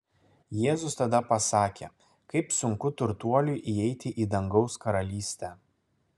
jėzus tada pasakė kaip sunku turtuoliui įeiti į dangaus karalystę